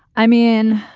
i mean,